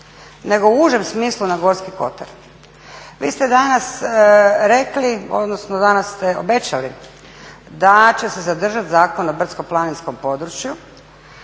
nego u užem smislu na Gorski kotar. Vi ste danas rekli, odnosno danas ste obećali da će se zadržat Zakon o brdsko-planinskom području